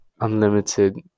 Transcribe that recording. unlimited